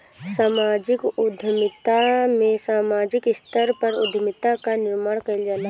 समाजिक उद्यमिता में सामाजिक स्तर पअ उद्यमिता कअ निर्माण कईल जाला